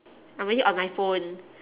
I'm already on my phone